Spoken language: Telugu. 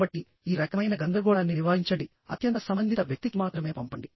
కాబట్టి ఈ రకమైన గందరగోళాన్ని నివారించండి అత్యంత సంబంధిత వ్యక్తికి మాత్రమే పంపండి